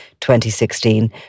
2016